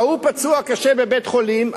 וההוא פצוע קשה בבית-חולים.